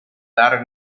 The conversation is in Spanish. dark